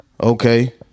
Okay